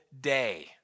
day